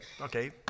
okay